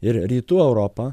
ir rytų europą